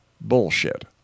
bullshit